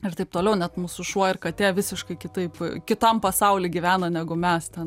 ir taip toliau net mūsų šuo ir katė visiškai kitaip kitam pasauly gyvena negu mes ten